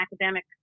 academic